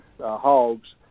Hogs